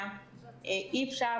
אדוני, אני מבינה שסיימת לדבר,